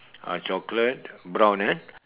ah chocolate brown eh